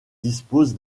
dispose